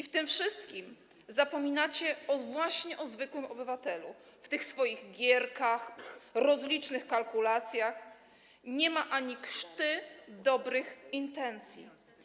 W tym wszystkim zapominacie właśnie o zwykłym obywatelu, w tych swoich gierkach, rozlicznych kalkulacjach nie ma ani krzty dobrych intencji.